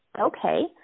Okay